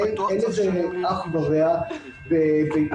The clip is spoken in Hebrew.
אין לזה אח ורע בהתנהלות.